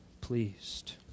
pleased